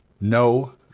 No